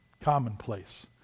commonplace